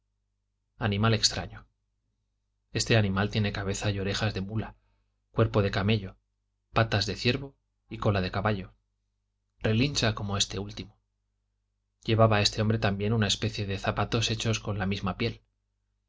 animal extraño este animal tiene cabeza y orejas de muía cuerpo de camello patas de ciervo y cola de caballo relincha como este último llevaba este hombre también una especie de zapatos hechos con la misma piel